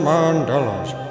Mandela's